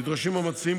נדרשים המציעים,